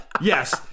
Yes